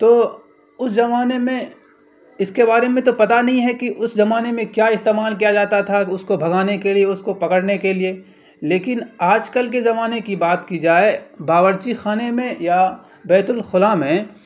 تو اس زمانے میں اس کے بارے میں تو پتا نہیں ہے کہ اس زمانے میں کیا استعمال کیا جاتا تھا اس کو بھگانے کے لیے اس کو پکڑنے کے لیے لیکن آج کل کے زمانے کی بات کی جائے باورچی خانے میں یا بیت الخلا میں